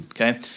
okay